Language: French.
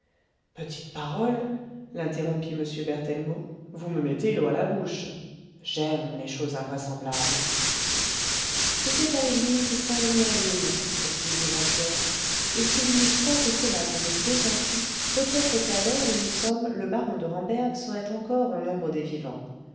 petite parole l'interrompit m berthellemot vous me mettez l'eau à la bouche j'aime les choses invraisemblables c'était à l'église saint louis en lile poursuivit jean pierre et si je n'eusse pas été là pour mes deux enfants peut-être qu'à l'heure où nous sommes le baron de ramberg serait encore au nombre des vivants